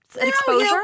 exposure